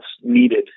needed